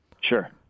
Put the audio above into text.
sure